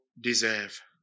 deserve